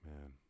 man